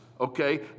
okay